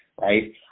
right